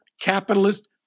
capitalist